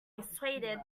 persuaded